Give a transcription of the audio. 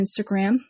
Instagram